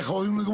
איך הוא אמר?